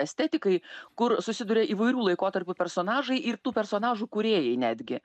estetikai kur susiduria įvairių laikotarpių personažai ir tų personažų kūrėjai netgi